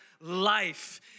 life